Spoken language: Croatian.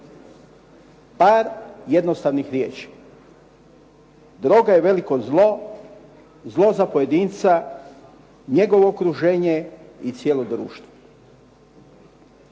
par jednostavnih riječi. Droga je veliko zlo, zlo za pojedinca, njegovo okruženje i cijelo društvo.